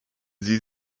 sie